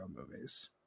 movies